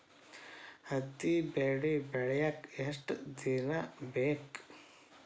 ಹತ್ತಿ ಬೆಳಿ ಬೆಳಿಯಾಕ್ ಎಷ್ಟ ದಿನ ಬೇಕ್?